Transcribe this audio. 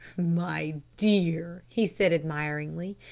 my dear, he said admiringly,